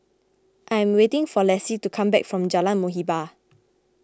I am waiting for Lassie to come back from Jalan Muhibbah